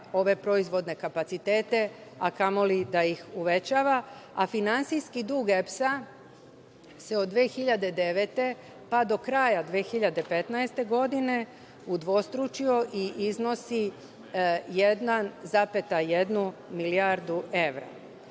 ove proizvodne kapacitete, a kamoli da ih uvećava, a finansijski dug EPS-a se od 2009. godine pa do kraja 2015. godine udvostručio i iznosi 1,1 milijardu